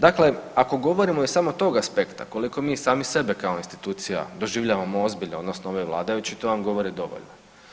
Dakle, ako govorimo iz samo tog aspekta koliko mi sami sebe kao institucija doživljavamo ozbiljno odnosno ovi vladajući to vam govori dovoljno.